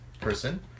person